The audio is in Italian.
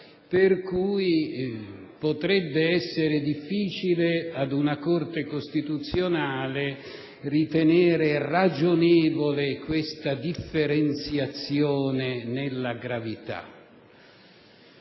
per cui potrebbe essere difficile da parte della Corte costituzionale ritenere ragionevole tale differenziazione nella gravità.